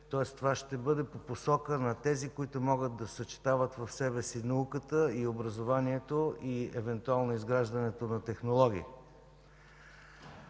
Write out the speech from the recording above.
Тоест, това ще бъде по посока на тези, които могат да съчетават в себе си науката и образованието, а евентуално и изграждането на технологии.